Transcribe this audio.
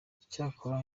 cyakora